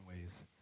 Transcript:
ways